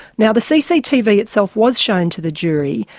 now, the cctv itself was shown to the jury,